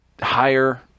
higher